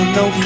no